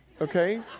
okay